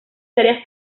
tareas